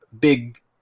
big